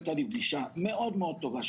הייתה לי פגישה מאוד טובה,